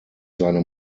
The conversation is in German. seine